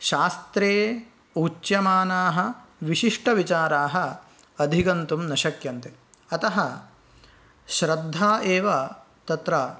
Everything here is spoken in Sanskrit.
शास्त्रे उच्यमानाः विशिष्टविचाराः अधिगन्तुं न शक्यन्ते अतः श्रद्धा एव तत्र